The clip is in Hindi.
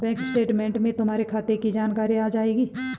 बैंक स्टेटमैंट में तुम्हारे खाते की जानकारी आ जाएंगी